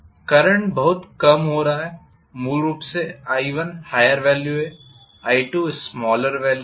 current कम हो रहा है मूल रूप से i1हायर वेल्यू है i2स्मालर वेल्यू है